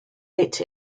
bit